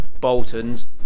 Bolton's